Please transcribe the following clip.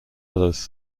others